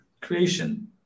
creation